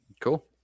Cool